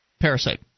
parasite